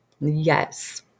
Yes